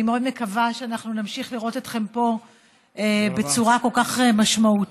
אני מאוד מקווה שאנחנו נמשיך לראות אתכם פה בצורה כל כך משמעותית.